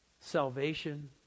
salvation